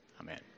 amen